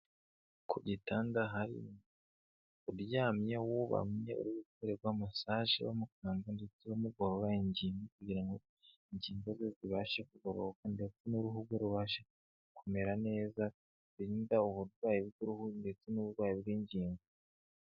Ku gitanda hari uryamye wubamye, uri gukorerwa masaje bamukanda ndetse bamugorora ingingo kugira ngo ingingo ze zibashe kugororoka ndetse n'uruhu rwe rubashe kumera neza, rurinda uburwayi bw'uruhu ndetse n'uburwayi bw'ingingo.